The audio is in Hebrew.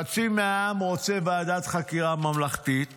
חצי מהעם רוצה ועדת חקירה ממלכתית